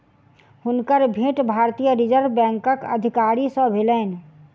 हुनकर भेंट भारतीय रिज़र्व बैंकक अधिकारी सॅ भेलैन